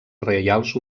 reials